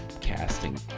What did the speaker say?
casting